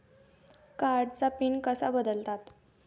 कार्डचा पिन कसा बदलतात?